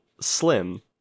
Slim